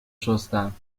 شستم